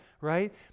Right